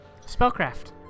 Spellcraft